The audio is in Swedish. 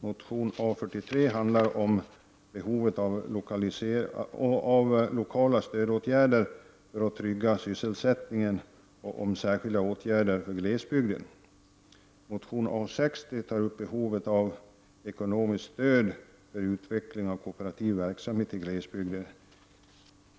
Motion A43 handlar om behovet av lokala stödåtgärder för att trygga sysselsättningen och om särskilda åtgärder för glesbygden. Motion A60 tar upp behovet av ekonomiskt stöd för utveckling av kooperativ verksamhet i glesbygden.